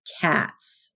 cats